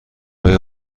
های